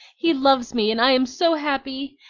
he loves me, and i am so happy!